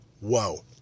Whoa